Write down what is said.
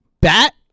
bat